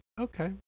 okay